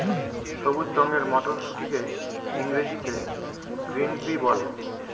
সবুজ রঙের মটরশুঁটিকে ইংরেজিতে গ্রিন পি বলে